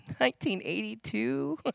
1982